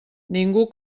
ningú